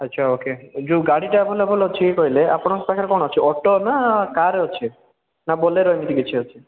ଆଚ୍ଛା ଓକେ ଯୋଉ ଗାଡ଼ିଟା ଆଭେଲେବୁଲ୍ ଅଛି କହିଲେ ଆପଣଙ୍କ ପାଖରେ କ'ଣ ଅଛି ଅଟୋ ନା କାର୍ ଅଛି ନା ବୋଲେରୋ ଏମିତି କିଛି ଅଛି